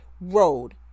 road